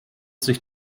sich